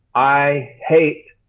i hate.